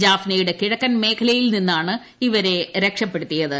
ജാഫ്നയുടെ കിഴക്കൻ മേഖലിൽ നിന്നാണ് ഇവരെ രക്ഷപ്പെടുത്തിയത്